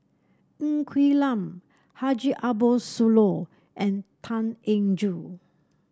Ng Quee Lam Haji Ambo Sooloh and Tan Eng Joo